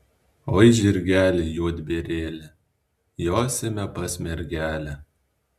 oi žirgeli juodbėrėli josime pas mergelę